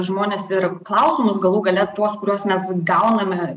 žmonės ir klausimus galų gale tuos kuriuos mes gauname